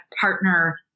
partner